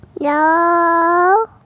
No